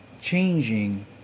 changing